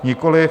Nikoliv.